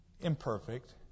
imperfect